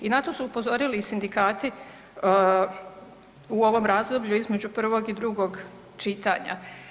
I na to su upozorili i sindikati u ovom razdoblju između prvog i drugog čitanja.